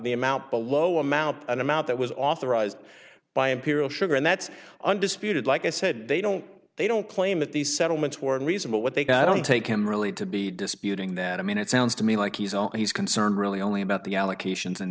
the amount below amount an amount that was authorized by imperial sugar and that's undisputed like i said they don't they don't claim that these settlements were unreasonable what they can i don't take him really to be disputing that i mean it sounds to me like he's all he's concerned really only about the allegations and